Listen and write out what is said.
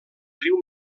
riu